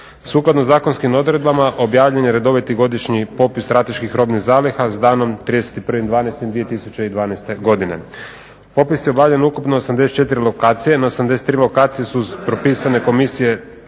Sukladno zakonskim odredbama objavljen je redoviti godišnji popis strateških robnih zaliha s danom 31.12.2012.godine. Popis je objavljen ukupno 84 lokacije, na 83 lokacije su propisane komisije,